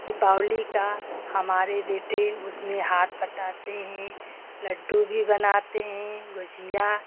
दीपावली का हमारे बेटे उसमें हाथ बटाते हैं लड्डू भी बनाते हैं गुजिया